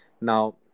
Now